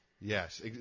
Yes